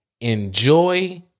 enjoy